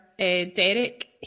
Derek